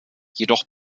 jedoch